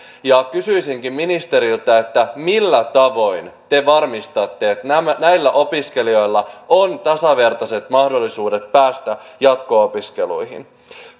kysyisinkin ministeriltä millä tavoin te varmistatte että näillä opiskelijoilla on tasavertaiset mahdollisuudet päästä jatko opiskeluihin